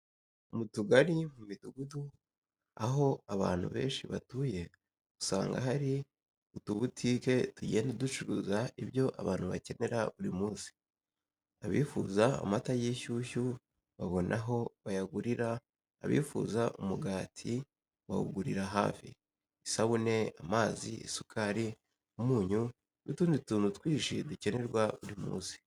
Mu tugari, mu midugudu aho abantu benshi batuye usanga hari utubutike tugenda ducuruza ibyo abantu bakenera buri munsi. Abifuza amata y'inshyushyu babona aho bayagurira, abifuza umugati bawugurira hafi, isabune, amazi, isukari, umunyu n'utundi tuntu twinshi dukenerwa buri munsi.